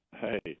hey